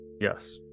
Yes